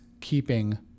keeping